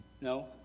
no